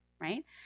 Right